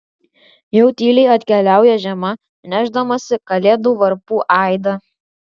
jau tyliai atkeliauja žiema nešdamasi kalėdų varpų aidą